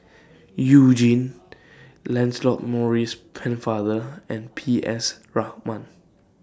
YOU Jin Lancelot Maurice Pennefather and P S Raman